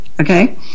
okay